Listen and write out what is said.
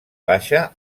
baixa